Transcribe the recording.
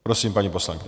Prosím, paní poslankyně.